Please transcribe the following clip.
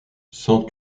sans